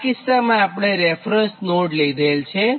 આ કિસ્સામાં આપણે રેફરન્સ નોડ લીધેલ છે